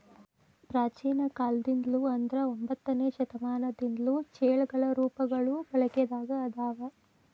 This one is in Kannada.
ಪ್ರಾಚೇನ ಕಾಲದಿಂದ್ಲು ಅಂದ್ರ ಒಂಬತ್ತನೆ ಶತಮಾನದಿಂದ್ಲು ಚೆಕ್ಗಳ ರೂಪಗಳು ಬಳಕೆದಾಗ ಅದಾವ